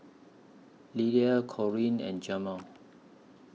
Lilla Corrine and Jamel